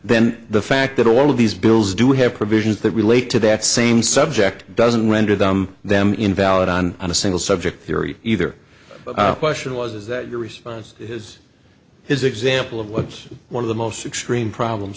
fact that all of these bills do have provisions that relate to that same subject doesn't render them them invalid on a single subject theory either question was is that your response is his example of what's one of the most extreme problems